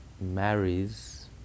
marries